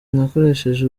nakoresheje